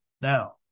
Now